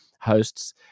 hosts